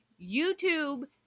YouTube